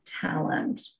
talent